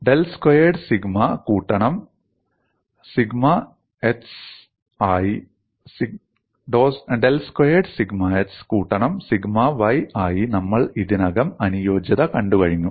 del squared sigma x കൂട്ടണം sigma y ആയി നമ്മൾ ഇതിനകം അനുയോജ്യത കണ്ടുകഴിഞ്ഞു